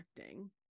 acting